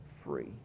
free